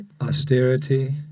Austerity